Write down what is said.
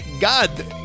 God